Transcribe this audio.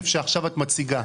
₪.